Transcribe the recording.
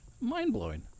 mind-blowing